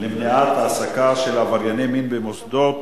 למניעת העסקה של עברייני מין במוסדות